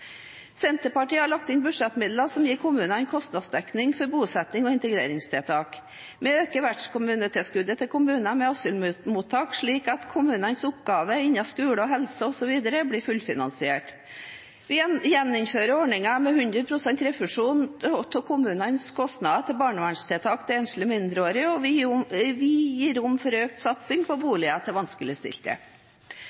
Senterpartiet har lagt inn budsjettmidler som gir kommunene kostnadsdekning for bosetting og integreringstiltak. Vi øker vertskommunetilskuddet til kommuner med asylmottak, slik at kommunenes oppgaver innen skole, helse osv. blir fullfinansiert. Vi gjeninnfører ordningen med 100 pst. refusjon av kommunenes kostnader til barnevernstiltak for enslige mindreårige asylsøkere, og vi gir rom for økt satsing på boliger til vanskeligstilte.